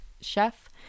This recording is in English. chef